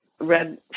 red